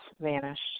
vanished